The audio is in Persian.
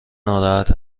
ناراحت